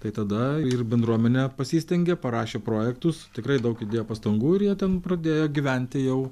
tai tada ir bendruomenė pasistengė parašė projektus tikrai daug įdėjo pastangų ir jie ten pradėjo gyventi jau